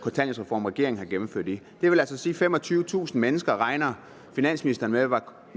kontanthjælpsreform, regeringen har gennemført. Det vil altså sige, at 25.000 flere – det regner finansministeren med